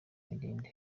ndirimbo